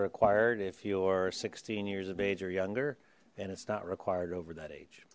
required if you're sixteen years of age or younger and it's not required over that